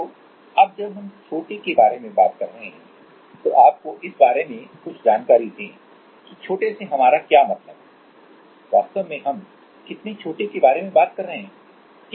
तो अब जब हम छोटे के बारे में बात कर रहे हैं तो आपको इस बारे में कुछ जानकारी दें कि छोटे से हमारा क्या मतलब है वास्तव में हम कितने छोटे के बारे में बात कर रहे हैं ठीक है